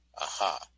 aha